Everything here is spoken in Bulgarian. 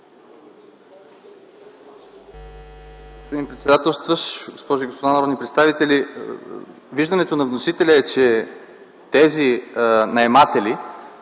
Господин председателстващ, госпожи и господа народни представители! Виждането на вносителя е, че тези наематели,